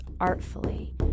artfully